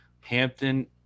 Hampton